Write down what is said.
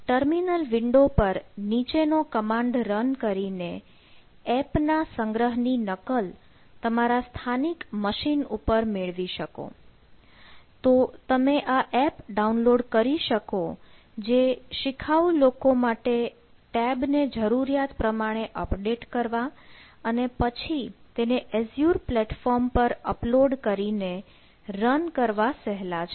terminal window પર નીચેનો command run કરીને એપ ના સંગ્રહ ની નકલ તમારા સ્થાનિક મશીન ઉપર મેળવી શકો તો તમે આ એપ ડાઉનલોડ કરી શકો જે શિખાઉ લોકો માટે ટેબને જરૂરિયાત પ્રમાણે અપડેટ કરવા અને પછી તેને એઝ્યુર પ્લેટફોર્મ પર અપલોડ કરીને રન કરવા સહેલા છે